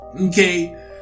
okay